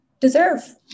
deserve